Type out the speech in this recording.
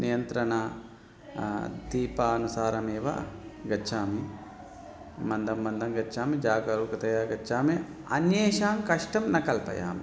नियन्त्रण दीपानुसारं एव गच्छामि मन्दं मन्दं गच्छामि जागरूकतया गच्छामि अन्येषां कष्टं न कल्पयामि